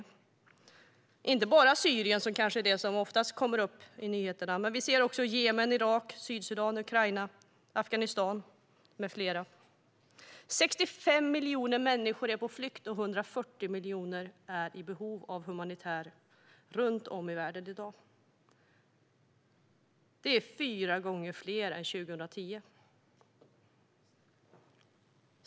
Det handlar inte bara om Syrien, som kanske är den konflikt som oftast kommer upp i nyheterna, utan också om Jemen, Irak, Sydsudan, Ukraina, Afghanistan med flera. Runt om i världen är i dag 65 miljoner människor på flykt och 140 miljoner i behov av humanitär hjälp. Det är fyra gånger fler än 2010.